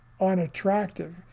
unattractive